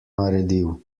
naredil